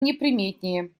неприметнее